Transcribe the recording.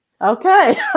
Okay